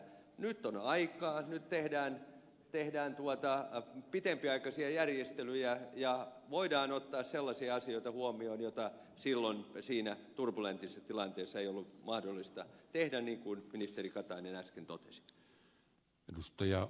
nyt on aikaa nyt tehdään pitempiaikaisia järjestelyjä ja voidaan ottaa huomioon sellaisia asioita joita silloin siinä turbulentissa tilanteessa ei ollut mahdollista tehdä niin kuin ministeri katainen äsken totesi